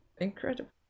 Incredible